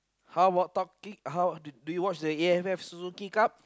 how what talking how do do you the A_F_F-Suzuki-Cup